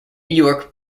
york